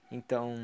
Então